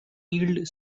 yield